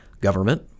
government